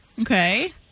Okay